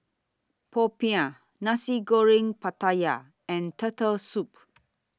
Popiah Nasi Goreng Pattaya and Turtle Soup